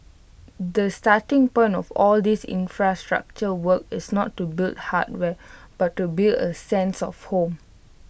the starting point of all these infrastructure work is not to build hardware but to build A sense of home